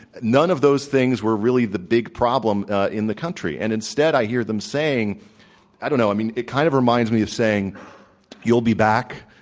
none of those things were really the big problem in the country and instead i hear them saying i don't know, i mean, it kind of reminds me of saying you'll be back,